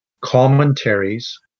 commentaries